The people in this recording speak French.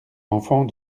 enfant